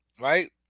right